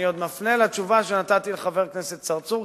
אני עוד מפנה לתשובה שנתתי לחבר הכנסת צרצור,